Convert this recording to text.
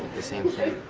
the same thing?